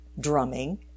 drumming